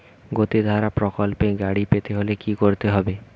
গতিধারা প্রকল্পে গাড়ি পেতে হলে কি করতে হবে?